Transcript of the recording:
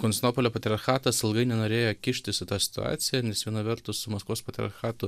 konstinopolio patriarchatas ilgai nenorėjo kištis į tą situaciją nes viena vertus su maskvos patriarchatu